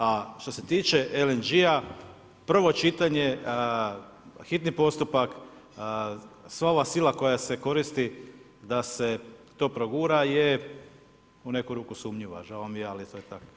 A što se tiče LNG-a, prvo čitanje, hitni postupak, sva ova sila koja se koristi da se to progura je u neku ruku sumnjiva, žao mi je, ali to je tako.